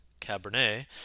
Cabernet